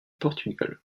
portugal